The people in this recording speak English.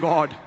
God